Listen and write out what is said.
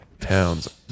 towns